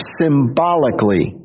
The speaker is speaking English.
symbolically